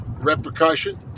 repercussion